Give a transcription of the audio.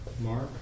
Mark